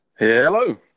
Hello